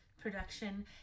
production